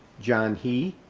john hii,